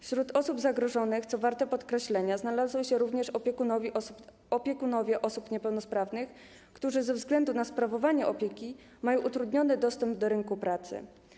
Wśród osób zagrożonych, co warte podkreślenia, znaleźli się również opiekunowie osób niepełnosprawnych, którzy ze względu na sprawowanie opieki mają utrudniony dostęp do rynku pracy.